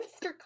mr